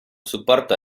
supporto